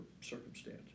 circumstance